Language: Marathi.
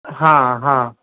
हा हा